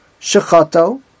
Shechato